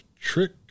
Trick